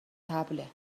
طبله